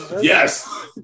yes